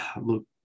look